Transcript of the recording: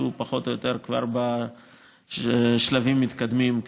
שהוא פחות או יותר כבר בשלבים מתקדמים,